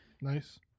nice